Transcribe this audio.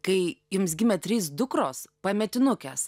kai jums gimė trys dukros pametinukės